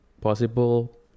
possible